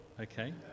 Okay